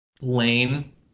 lane